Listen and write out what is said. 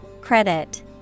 Credit